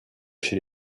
chez